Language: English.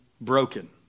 broken